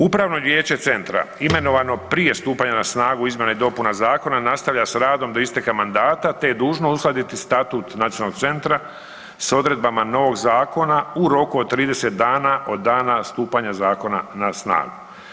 Upravno vijeće centra imenovano prije stupanja na snagu izmjena i dopuna zakona nastavlja s radom do isteka mandata, te je dužno uskladiti statut nacionalnog centra s odredbama novog zakona u roku od 30 dana od dana stupanja zakona na snagu.